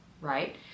right